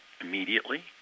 immediately